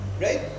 right